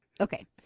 Okay